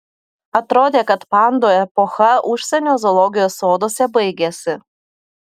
atrodė kad pandų epocha užsienio zoologijos soduose baigėsi